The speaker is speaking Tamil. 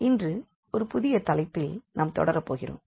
இன்று ஒரு புதிய தலைப்பில் நாம் தொடரப்போகிறோம்